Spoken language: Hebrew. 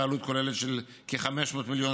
בעלות כוללת של כ-500 מיליון